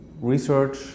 research